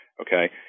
Okay